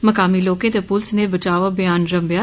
मकामी लोकें ते पुलस नै बचाव अभियान रंमेआ